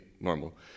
normal